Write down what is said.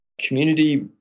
community